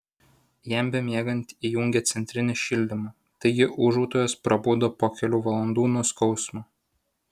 jam bemiegant įjungė centrinį šildymą taigi ūžautojas prabudo po kelių valandų nuo skausmo